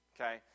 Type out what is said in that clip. Okay